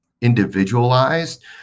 individualized